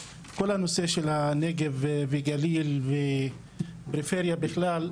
כל הנושא של הנגב והגליל ופריפריה בכלל,